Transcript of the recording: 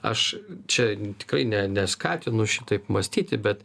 aš čia tikrai ne neskatinu šitaip mąstyti bet